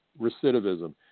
recidivism